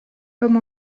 comme